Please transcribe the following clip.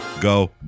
Go